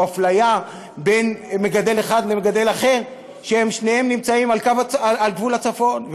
או אפליה בין מגדל אחד למגדל אחר שהם שניהם נמצאים על גבול הצפון?